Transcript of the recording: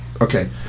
Okay